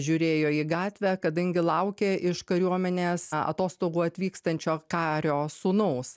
žiūrėjo į gatvę kadangi laukė iš kariuomenės atostogų atvykstančio kario sūnaus